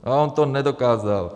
A on to nedokázal.